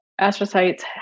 astrocytes